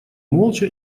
молча